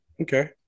okay